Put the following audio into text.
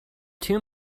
two